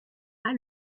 pas